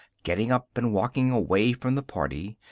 getting up and walking away from the party,